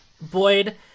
Boyd